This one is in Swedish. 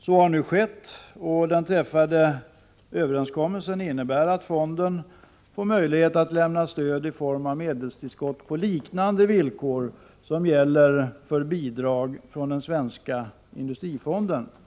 Så har nu skett, och den träffade överenskommelsen innebär att fonden får möjlighet att lämna stöd i form av medelstillskott på liknande villkor som gäller för bidrag från t.ex. den svenska industrifonden.